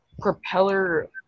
propeller